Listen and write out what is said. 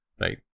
right